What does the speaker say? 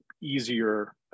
easier